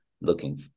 looking